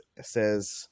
says